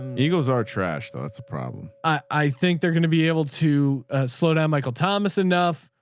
egos are trash though. that's a problem. i think they're going to be able to slow down michael thomas enough.